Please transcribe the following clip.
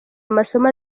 amasomo